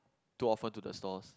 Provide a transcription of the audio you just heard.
too often to the stores